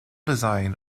design